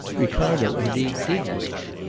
ricardo, indeed, did wish.